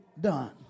done